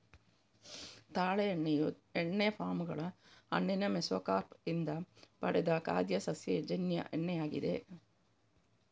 ತಾಳೆ ಎಣ್ಣೆಯು ಎಣ್ಣೆ ಪಾಮ್ ಗಳ ಹಣ್ಣಿನ ಮೆಸೊಕಾರ್ಪ್ ಇಂದ ಪಡೆದ ಖಾದ್ಯ ಸಸ್ಯಜನ್ಯ ಎಣ್ಣೆಯಾಗಿದೆ